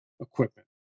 equipment